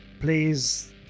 please